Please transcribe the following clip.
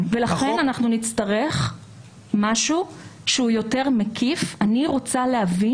גם מה סוג הבדיקה שנדרשת -- לזה אני לא נכנס